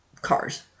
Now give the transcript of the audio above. cars